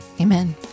Amen